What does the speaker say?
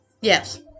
Yes